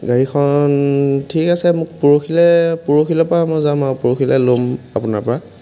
গাড়ীখন ঠিক আছে মোক পৰখিলৈ পৰখিলৰপৰা মই যাম আৰু পৰখিলৈ ল'ম আপোনাৰপৰা